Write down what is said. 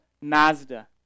Mazda